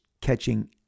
catching